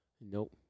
Nope